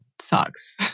sucks